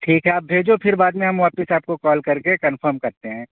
ٹھیک ہے آپ بھیجو پھر بعد میں ہم واپس آپ کو کال کر کے کنفرم کرتے ہیں